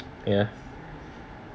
ya